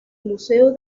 museo